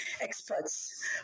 experts